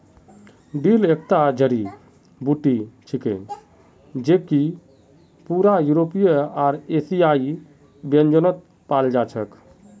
dill एकता जड़ी बूटी छिके जेको पूरा यूरोपीय आर एशियाई व्यंजनत पाल जा छेक